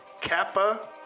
Kappa